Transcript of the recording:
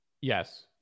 Yes